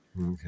Okay